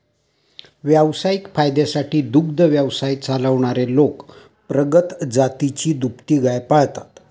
व्यावसायिक फायद्यासाठी दुग्ध व्यवसाय चालवणारे लोक प्रगत जातीची दुभती गाय पाळतात